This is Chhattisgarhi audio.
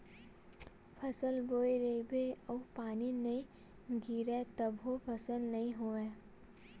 फसल बोए रहिबे अउ पानी नइ गिरिय तभो फसल नइ होवय